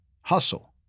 hustle